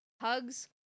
hugs